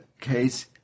case